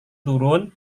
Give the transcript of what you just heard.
turun